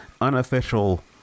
unofficial